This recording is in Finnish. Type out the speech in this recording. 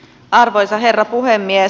arvoisa herra puhemies